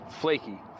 flaky